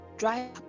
drive